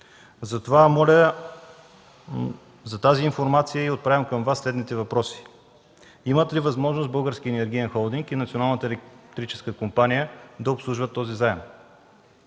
Затова моля за тази информация и отправям към Вас следните въпроси: Имат ли възможност българският енергиен холдинг и Националната ни електрическа компания да обслужват този заем?